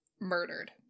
murdered